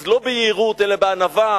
אז לא ביהירות אלא בענווה,